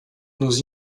nos